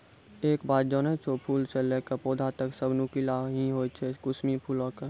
एक बात जानै छौ, फूल स लैकॅ पौधा तक सब नुकीला हीं होय छै कुसमी फूलो के